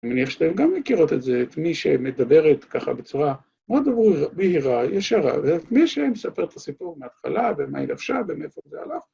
אני מניח שאתם גם מכירות את זה, את מי שמדברת ככה בצורה מאוד בהירה, ישרה, ואת מי שמספר את הסיפור מההתחלה ומה היא לבשה ומאיפה זה הלך.